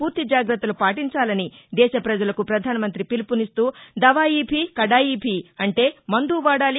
పూర్తి జాగ్రత్తలు పాటించాలని దేశ ప్రజలకు ప్రధానమంత్రి పిలుపునిస్తా దవాయి భీ కడాయీ భీ అంటే మందూ వాడాలి